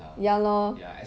ya lor